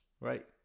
Right